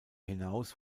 hinaus